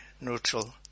neutral